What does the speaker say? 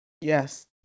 Yes